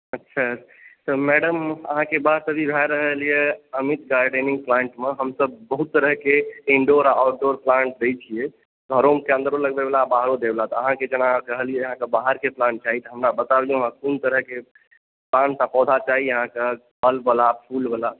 अच्छा तऽ मैडम अहाँके बात अभी भाए रहल यए अमित गार्डेनिंग पॉइंटमे हमसभ बहुत तरहके इंडोर आ आउटडोर प्लाण्ट दैत छियै घरोके अन्दरो लगबयवला बाहरो दयवला अहाँकेँ जेना कहलियै रहए हमरा बाहरके प्लाण्ट चाही तऽ हमरा बताउ अहाँकेँ कोन तरहके प्लाण्ट आ पौधा चाही अहाँकेँ फलवला फूलवला